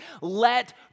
Let